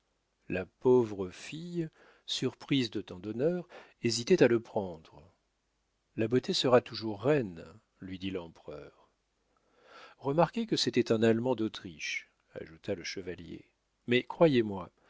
la pauvre fille surprise de tant d'honneur hésitait à le prendre la beauté sera toujours reine lui dit l'empereur remarquez que c'était un allemand d'autriche ajouta le chevalier mais croyez-moi